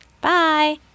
Bye